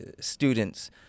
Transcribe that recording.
students